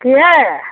কিহেৰে